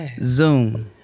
Zoom